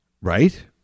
right